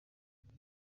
ingwe